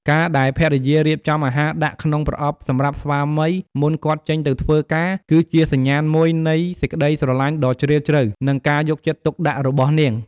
ការដែលភរិយារៀបចំអាហារដាក់ក្នុងប្រអប់សម្រាប់ស្វាមីមុនគាត់ចេញទៅធ្វើការ គឺជាសញ្ញាណមួយនៃសេចក្ដីស្រឡាញ់ដ៏ជ្រាលជ្រៅ និងការយកចិត្តទុកដាក់របស់នាង។